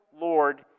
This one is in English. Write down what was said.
Lord